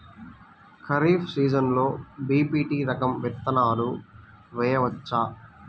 ఖరీఫ్ సీజన్లో బి.పీ.టీ రకం విత్తనాలు వేయవచ్చా?